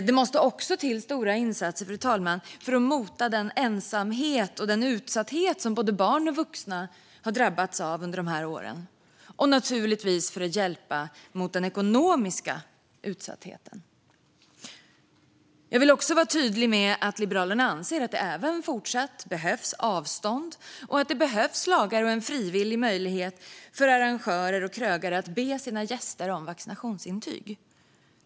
Det måste också, fru talman, till stora insatser för att mota den ensamhet och utsatthet som både barn och vuxna har drabbats av under de här åren, och naturligtvis för att hjälpa till mot den ekonomiska utsattheten. Jag vill också vara tydlig med att Liberalerna anser att det även fortsatt behövs avstånd och att det behövs lagar och en frivillig möjlighet för arrangörer och krögare att be sina gäster om vaccinationsintyg.